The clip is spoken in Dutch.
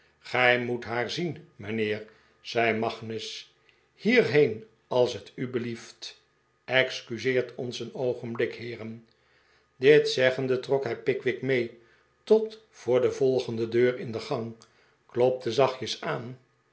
gij moet haar zien mijnheer zei magnus hierheen als t u belief t excuseert ons een oogenblik heeren dit zeggende trok hij pickwick mee tot voor de volgende deur in de gang en klopte zachtjes aan